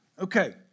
Okay